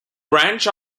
branch